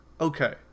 Okay